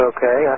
Okay